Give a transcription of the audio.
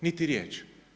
Niti riječ!